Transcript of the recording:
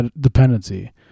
dependency